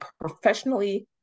professionally